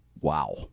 Wow